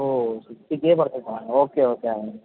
ఓ sixty K పడుతుందా okay okay అండి